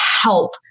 help